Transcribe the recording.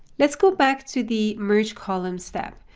let's go back to the merged column step.